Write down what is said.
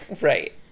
Right